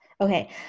Okay